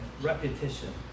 repetition